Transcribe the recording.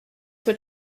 what